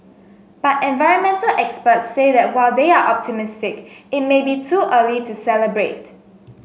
but environmental experts say that while they are optimistic it may be too early to celebrate